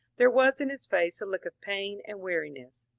there was in his face a look of pain and weariness.